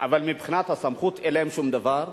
אבל מבחינת הסמכות אין להם שום דבר.